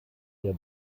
der